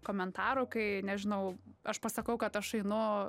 komentarų kai nežinau aš pasakau kad aš einu